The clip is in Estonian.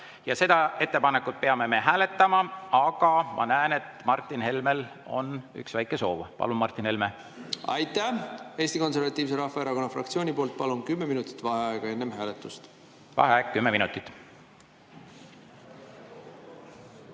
Seda ettepanekut peame me hääletama. Aga ma näen, et Martin Helmel on üks väike soov. Palun, Martin Helme! Aitäh! Eesti Konservatiivse Rahvaerakonna fraktsiooni nimel palun kümme minutit vaheaega enne hääletust. Aitäh! Eesti